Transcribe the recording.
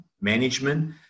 management